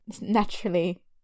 naturally